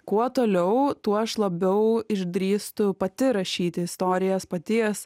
kuo toliau tuo aš labiau išdrįstu pati rašyti istorijas paties